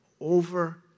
over